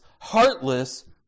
heartless